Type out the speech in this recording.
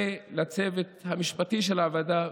ולצוות המשפטי של הוועדה.